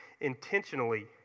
intentionally